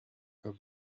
der